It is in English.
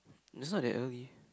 it's not that early